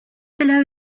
below